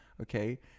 okay